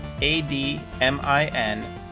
a-d-m-i-n